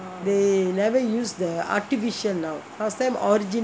they never use the artificial now last time original